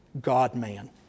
God-man